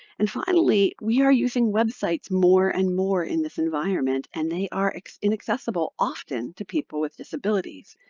and finally, we are using websites more and more in this environment, and they are inaccessible often to people with disabilities.